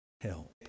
help